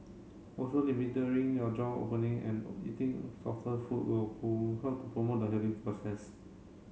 also your jaw opening and eating softer food will help to promote the healing process